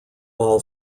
ball